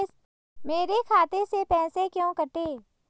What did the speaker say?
मेरे खाते से पैसे क्यों कटे?